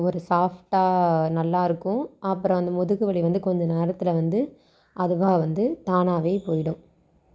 ஒரு சாஃப்ட்டாக நல்லா இருக்கும் அப்புறம் அந்த முதுவலி வந்து கொஞ்சம் நேரத்தில் வந்து அதுவாக வந்து தானாகவே போயிடும்